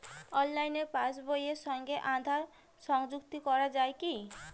অনলাইনে পাশ বইয়ের সঙ্গে আধার সংযুক্তি করা যায় কি?